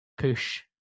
push